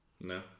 No